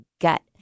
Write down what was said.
gut